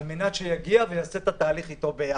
על מנת שיגיע ויעשה את התהליך איתו ביחד.